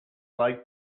like